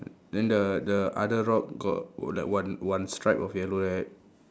then the the other rock got like one one stripe of yellow right